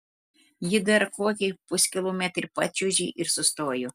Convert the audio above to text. ji dar kokį puskilometrį pačiuožė ir sustojo